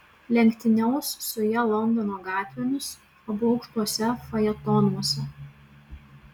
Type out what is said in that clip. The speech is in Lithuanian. lenktyniaus su ja londono gatvėmis abu aukštuose fajetonuose